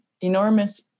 enormous